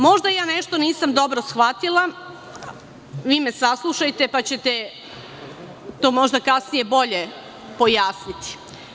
Možda ja nešto nisam dobro shvatila, vi me saslušajte, pa ćete to možda kasnije bolje pojasniti.